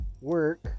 work